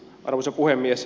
arvoisa puhemies